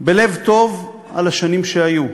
בלב טוב על השנים שהיו,